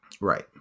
Right